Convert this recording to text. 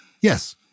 yes